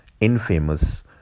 infamous